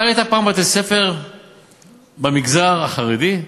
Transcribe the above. אתה ראית פעם בית-ספר במגזר החרדי?